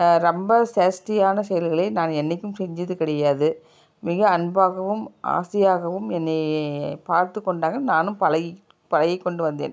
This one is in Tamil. ரொம்ப சேஷ்டியான செயல்களை நான் என்றைக்கும் செஞ்சது கிடையாது மிக அன்பாகவும் ஆசையாகவும் என்னை பார்த்துக் கொண்டாங்க நானும் பழகி பழகி கொண்டு வந்தேன்